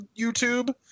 YouTube